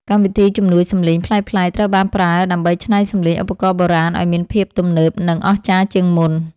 កម្មវិធីជំនួយសំឡេងប្លែកៗ ត្រូវបានប្រើដើម្បីច្នៃសំឡេងឧបករណ៍បុរាណឱ្យមានភាពទំនើប និងអស្ចារ្យជាងមុន។